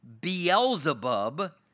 Beelzebub